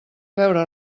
veure